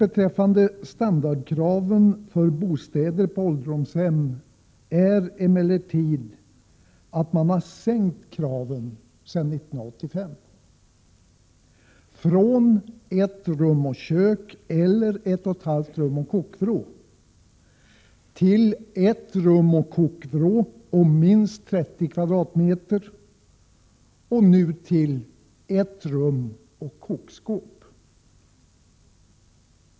Beträffande standarden för bostäder i ålderdomshem har man emellertid sänkt kraven sedan 1985: från ett rum och kök eller ett och ett halvt rum och kokvrå till först ett rum och kokvrå och minst 30 m? och nu bara ett rum och kokskåp!